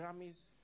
Grammys